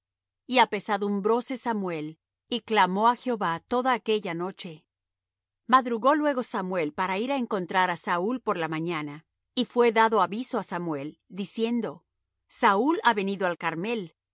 mis palabras y apesadumbróse samuel y clamó á jehová toda aquella noche madrugó luego samuel para ir á encontrar á saúl por la mañana y fue dado aviso á samuel diciendo saúl ha venido al carmel